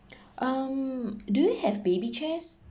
um do you have baby chairs